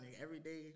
everyday